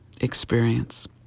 experience